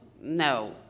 no